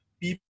people